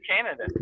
Canada